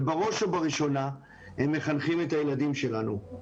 ובראש ובראשונה הם מחנכים את הילדים שלנו.